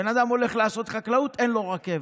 בן אדם הולך לעשות חקלאות, אין לו רכבת.